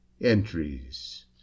entries